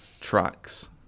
tracks